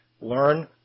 learn